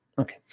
Okay